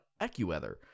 AccuWeather